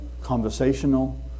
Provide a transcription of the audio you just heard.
conversational